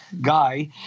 guy